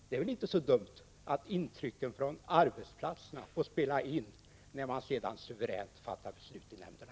Det är väl inte så dumt att intrycken från arbetsplatserna får spela in när man suveränt fattar beslut i nämnderna.